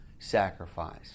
sacrifice